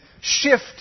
shift